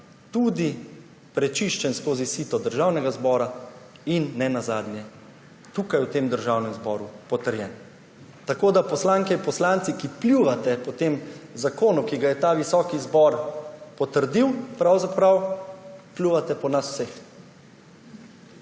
tudi prečiščen skozi sito Državnega zbora in nenazadnje tukaj v Državnem zboru potrjen. Tako da, poslanke in poslanci, ki pljuvate po tem zakonu, ki ga je ta visoki zbor potrdil, pravzaprav pljuvate po nas vseh.